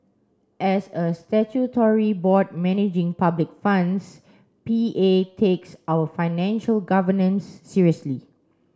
as a statutory board managing public funds P A takes our financial governance seriously